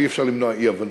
ואי-אפשר למנוע אי-הבנות.